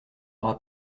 aura